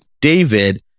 David